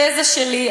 התזה שלי,